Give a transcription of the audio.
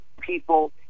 people